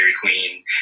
queen